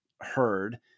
heard